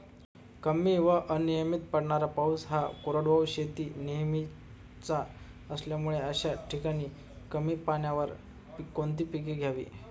कमी व अनियमित पडणारा पाऊस हा कोरडवाहू शेतीत नेहमीचा असल्यामुळे अशा ठिकाणी कमी पाण्यावर कोणती पिके घ्यावी?